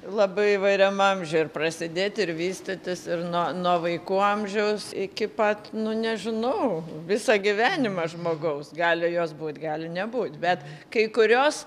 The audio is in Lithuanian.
labai įvairiam amžiui ir prasidėti ir vystytis ir nuo nuo vaikų amžiaus iki pat nu nežinau visą gyvenimą žmogaus gali jos būt gali nebūt bet kai kurios